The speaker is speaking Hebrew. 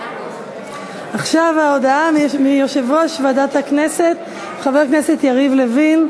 עכשיו ההודעה של יושב-ראש ועדת הכנסת חבר הכנסת יריב לוין.